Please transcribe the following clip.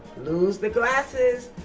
lose the glasses,